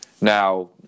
Now